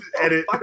edit